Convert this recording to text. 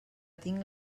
tinc